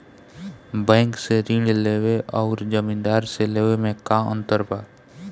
Bank से ऋण लेवे अउर जमींदार से लेवे मे का अंतर बा?